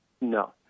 No